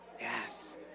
Yes